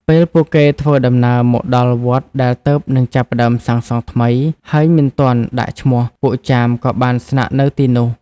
ពេលពួកគេធ្វើដំណើរមកដល់វត្តដែលទើបនឹងចាប់ផ្ដើមសាងសង់ថ្មី ហើយមិនទាន់ដាក់ឈ្មោះ ពួកចាមក៏បានស្នាក់នៅទីនោះ។